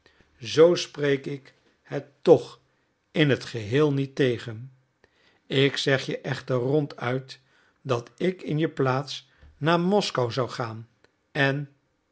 zoo spreek ik het tch in het geheel niet tegen ik zeg je echter ronduit dat ik in je plaats naar moskou zou gaan en